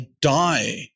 die